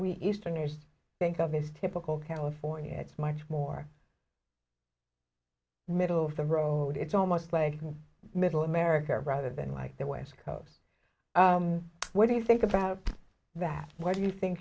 we easterners think of as typical california it's much more middle of the road it's almost like middle america rather than like the west coast where do you think about that where do you think